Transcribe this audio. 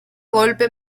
golpe